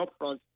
upfront